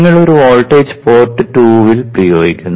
നിങ്ങൾ ഒരു voltage port 2ൽ പ്രയോഗിക്കുന്നു